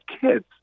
kids